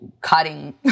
cutting